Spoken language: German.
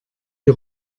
die